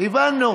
הבנו.